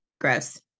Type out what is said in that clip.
Gross